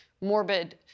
morbid